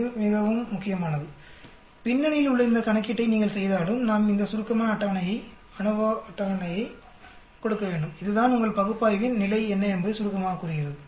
இது மிகவும் முக்கியமானது பின்னணியில் உள்ள இந்த கணக்கீட்டை நீங்கள் செய்தாலும் நாம் இந்த சுருக்கமான அட்டவணையை அநோவா அட்டவணையை கொடுக்க வேண்டும் இதுதான் உங்கள் பகுப்பாய்வின் நிலை என்ன என்பதை சுருக்கமாகக் கூறுகிறது